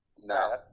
no